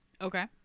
Okay